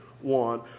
one